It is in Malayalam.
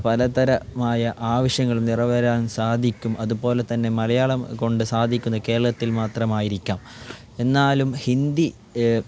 പലതരമായ ആവശ്യങ്ങൾ നിറവേറാൻ സാധിക്കും അതുപോലെ തന്നെ മലയാളം കൊണ്ട് സാധിക്കുന്ന് കേരളത്തിൽ മാത്രമായിരിക്കാം എന്നാലും ഹിന്ദി